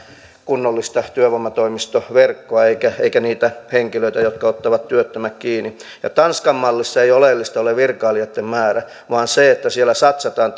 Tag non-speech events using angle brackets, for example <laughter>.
kunnollista työvoimatoimistoverkkoa eikä niitä henkilöitä jotka ottavat työttömät kiinni tanskan mallissa ei oleellista ole virkailijoitten määrä vaan se että siellä satsataan <unintelligible>